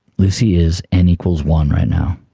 lucy is n equal one right now.